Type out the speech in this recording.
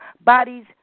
bodies